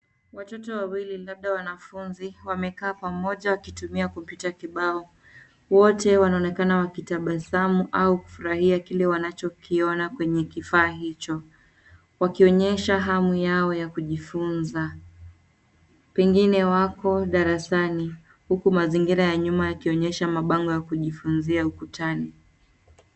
Watoto wawili labda wanafunzi, wamekaa pamoja wakitumia kompyuta kibao, wote wanaonekana wakitabasamu au kufurahia kile wanachokiona kwenye kifaa hicho. Wakionyesha hamu yao ya kujifunza. Pengine wako darasani, huku mazingira ya nyuma yakionyesha mabango ya kujifunza ukutani.